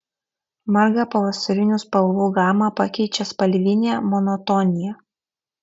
margą pavasarinių spalvų gamą pakeičia spalvinė monotonija